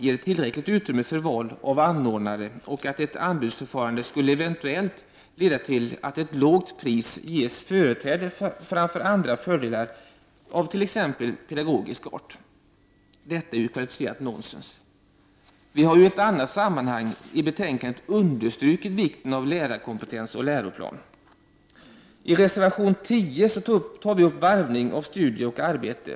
Vi har ju i ett annat sammanhang i betänkandet understrukit vikten av lärarkompetens och läroplan. I reservation 10 tar vi upp frågan om varvning av studier och arbete.